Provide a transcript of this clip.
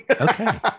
Okay